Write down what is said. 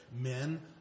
men